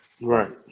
Right